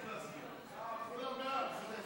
מוועדת הכנסת לוועדה משותפת לוועדת הכנסת ולוועדת העבודה,